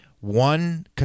one